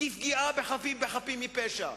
פגיעה בחפים מפשע.